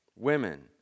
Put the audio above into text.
Women